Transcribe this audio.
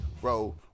Bro